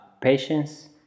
Patience